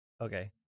Okay